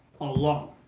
alone